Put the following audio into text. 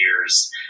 years